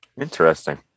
Interesting